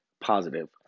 positive